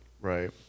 Right